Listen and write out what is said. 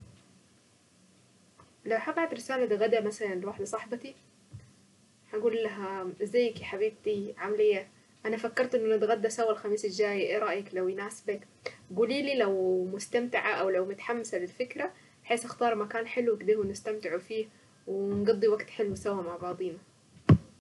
لو هبعت رسالة غدا مثلا لواحدة صاحبتي. هقولها ازيك يا حبيبتي عاملة ايه؟ انا فكرت انه نتغدى سوا الخميس الجاي ايه رأيك لو يناسبك؟ قوليلي لو مستمتعة او لو متحمسة للفكرة بحيث اختار مكان حلو نقدروا نستمتعوا فيه ونقضي وقت حلو سوا مع بعضينا.